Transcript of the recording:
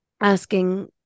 asking